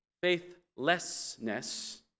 faithlessness